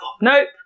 Nope